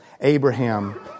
Abraham